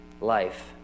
life